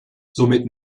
somit